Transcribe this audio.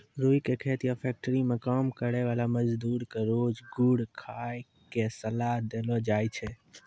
रूई के खेत या फैक्ट्री मं काम करै वाला मजदूर क रोज गुड़ खाय के सलाह देलो जाय छै